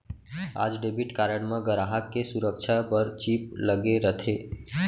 आज debit card म गराहक के सुरक्छा बर चिप लगे रथे